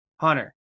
Hunter